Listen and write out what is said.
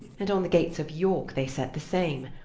and on the gates of yorke they set the same,